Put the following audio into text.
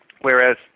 Whereas